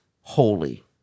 holy